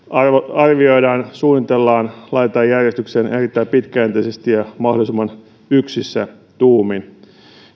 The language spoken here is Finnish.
arvioidaan suunnitellaan ja laitetaan järjestykseen erittäin pitkäjänteisesti ja mahdollisimman yksissä tuumin